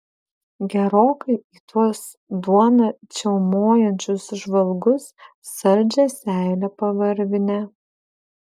gerokai į tuos duoną čiaumojančius žvalgus saldžią seilę pavarvinę